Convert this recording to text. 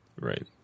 right